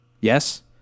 Yes